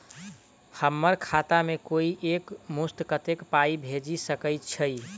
हम्मर खाता मे कोइ एक मुस्त कत्तेक पाई भेजि सकय छई?